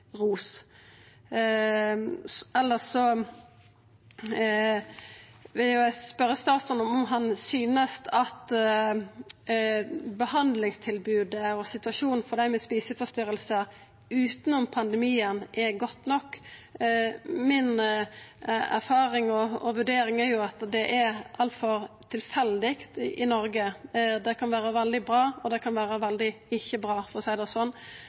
statsråden om han synest at behandlingstilbodet og situasjonen for dei med eteforstyrringar utanom pandemien er godt nok. Mi erfaring og vurdering er at det er altfor tilfeldig i Noreg – det kan vera veldig bra, og det kan vera veldig ikkje-bra, for å seia det sånn.